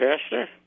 Pastor